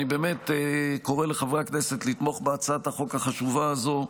אני באמת קורא לחברי הכנסת לתמוך בהצעת החוק החשובה הזו.